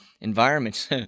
environments